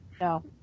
No